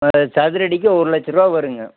ஒரு சதுரடிக்கு ஒரு லட்சரூவா வரும்ங்க